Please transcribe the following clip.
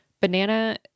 Banana